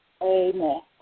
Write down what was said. Amen